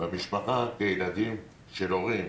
במשפחה כילדים של הורים